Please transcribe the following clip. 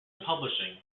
publishing